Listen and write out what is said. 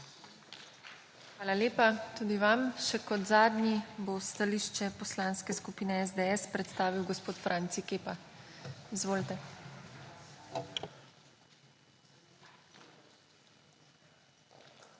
Hvala lepa tudi vam. Še kot zadnji bo stališče Poslanske skupine SDS predstavil gospod Franci Kepa. Izvolite.